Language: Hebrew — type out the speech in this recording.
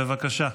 בבקשה.